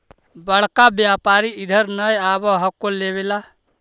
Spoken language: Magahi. बड़का व्यापारि इधर नय आब हको लेबे ला?